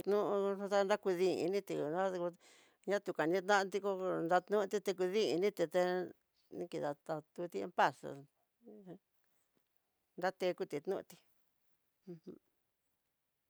No nrenadió ñakunaken tanti kó, nrañoti tikudiniti teté ni kidata tutí en paz, ratekuti ño'oti uj.